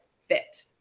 fit